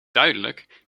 duidelijk